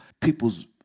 people's